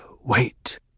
wait